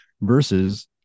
versus